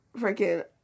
freaking